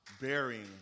bearing